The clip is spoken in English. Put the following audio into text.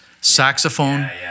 saxophone